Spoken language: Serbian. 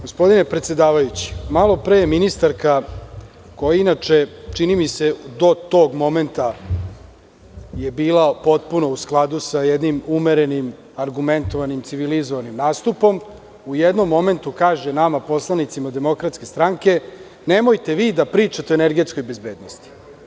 Gospodine predsedavajući, malo pre je ministarka koja inače čini mi se, do tog momenta je bila potpuno u skladu sa jednim umerenim, argumentovanim, civilizovanim nastupom, u jednom momentu kaže nama poslanicima DS – nemojte vi da pričate o energetskoj bezbednosti.